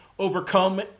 overcome